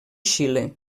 xile